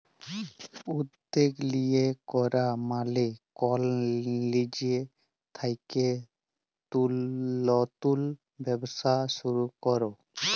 উদ্যগ লিয়ে ক্যরা মালে কল লিজে থ্যাইকে লতুল ব্যবসা শুরু ক্যরা